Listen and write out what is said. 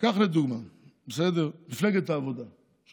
קח לדוגמה את מפלגת העבודה, בסדר?